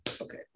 Okay